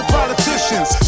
politicians